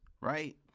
right